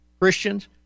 Christians